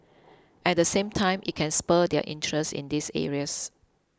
at the same time it can spur their interest in these areas